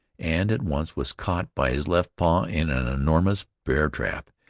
and at once was caught by his left paw in an enormous bear-trap.